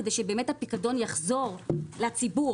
כדי שהפיקדון יחזור לציבור,